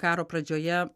karo pradžioje